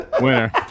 Winner